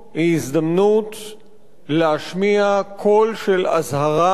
להשמיע קול של אזהרה לציבור הישראלי.